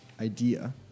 idea